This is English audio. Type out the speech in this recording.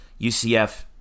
UCF